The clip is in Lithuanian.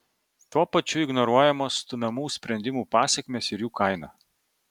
tuo pačiu ignoruojamos stumiamų sprendimų pasekmės ir jų kaina